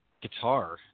guitar